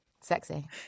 Sexy